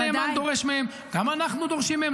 גם הנאמן דורש מהם, גם אנחנו דורשים מהם.